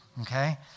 Okay